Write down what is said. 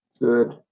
Good